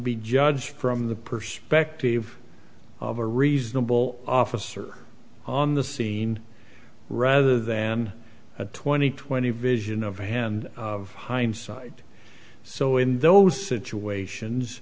be judged from the perspective of a reasonable officer on the scene rather than a twenty twenty vision of a hand of hindsight so in those situations